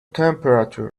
temperature